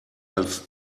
als